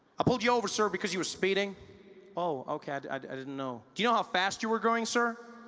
i pulled you over sir because you were speeding oh okay i didn't know do you know how fast you were going sir?